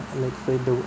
like for you to